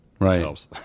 right